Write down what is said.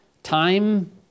Time